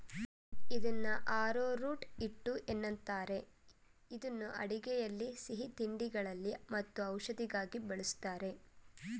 ಇದನ್ನು ಆರೋರೂಟ್ ಹಿಟ್ಟು ಏನಂತಾರೆ ಇದನ್ನು ಅಡುಗೆಯಲ್ಲಿ ಸಿಹಿತಿಂಡಿಗಳಲ್ಲಿ ಮತ್ತು ಔಷಧಿಗಾಗಿ ಬಳ್ಸತ್ತರೆ